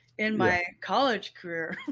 and my college career,